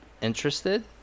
interested